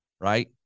right